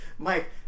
Mike